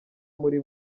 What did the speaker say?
muri